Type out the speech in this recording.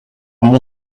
mon